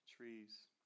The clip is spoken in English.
trees